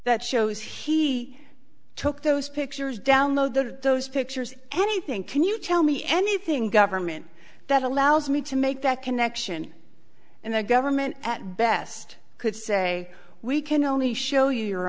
that shows he took those pictures download those pictures anything can you tell me anything government that allows me to make that connection and the government at best could say we can only show you